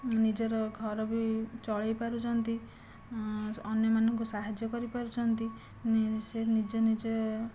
ନିଜର ଘର ବି ଚଳେଇ ପାରୁଛନ୍ତି ଅନ୍ୟମାନଙ୍କୁ ସାହାଯ୍ୟ କରିପାରୁଛନ୍ତି ସେ ନିଜେ ନିଜେ